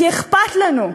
כי אכפת לנו.